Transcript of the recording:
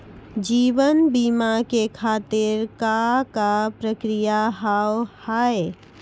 जीवन बीमा के खातिर का का प्रक्रिया हाव हाय?